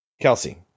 Kelsey